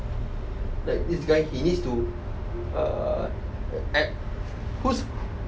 like this guy he needs to act who's